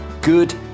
good